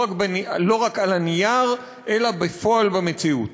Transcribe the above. לא רק על הנייר, אלא בפועל, במציאות.